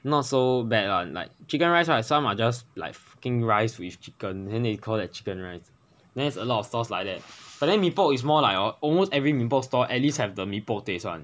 not so bad lah like chicken rice right some are just like fucking rice with chicken then they call that chicken rice then there's alot of stores like that but then mee pok is more like hor almost every mee pok store at least have the mee pok one